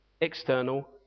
External